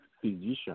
physician